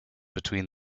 between